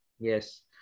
Yes